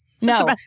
No